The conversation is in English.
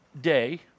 day